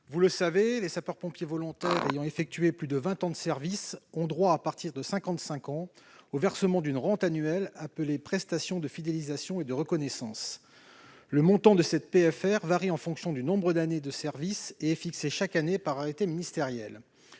vous le savez, les sapeurs-pompiers volontaires ayant effectué plus de vingt ans de service ont droit, à partir de 55 ans, au versement d'une rente annuelle appelée « Prestation de fidélisation et de reconnaissance », ou PFR. Le montant de cette prestation varie en fonction du nombre d'années de service ; il est fixé chaque année par arrêté ministériel.